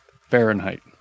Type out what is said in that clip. Fahrenheit